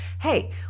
hey